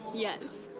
yes.